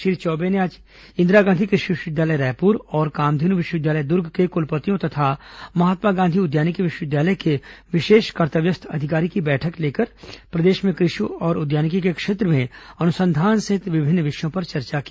श्री चौबे ने आज इंदिरा गांधी कृषि विश्वविद्यालय रायपुर और कामधेन् विश्वविद्यालय दुर्ग के कुलपतियों तथा महात्मा गांधी उद्यानिकी विश्वविद्यालय के विशेष कर्तव्यस्थ अधिकारी की बैठक लेकर प्रदेश में कृषि और उद्यानिकी के क्षेत्र में अनुसंधान सहित अन्य विषयों पर चर्चा की